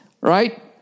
right